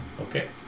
Okay